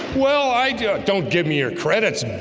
well, i don't give me your credit